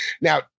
Now